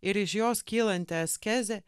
ir iš jos kylanti askezė